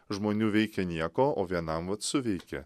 žmonių veikia nieko o vienam vat suveikė